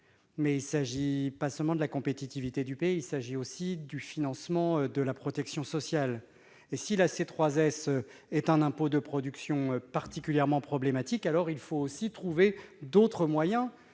mais il ne s'agit pas seulement de la compétitivité du pays : il s'agit aussi du financement de la protection sociale. Si la C3S est un impôt de production particulièrement problématique, il faut alors trouver d'autres moyens